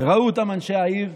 ראו אותם אנשי העיר,